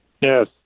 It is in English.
Yes